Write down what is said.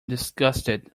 disgusted